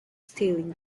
stealing